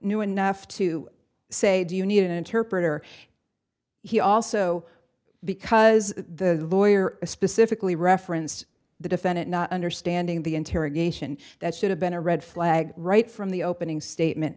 knew enough to say do you need an interpreter he also because the lawyer specifically referenced the defendant not understanding the interrogation that should have been a red flag right from the opening statement